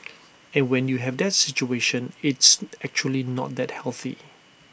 and when you have that situation it's actually not that healthy